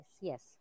Yes